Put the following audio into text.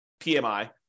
PMI